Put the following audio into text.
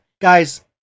guys